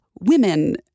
women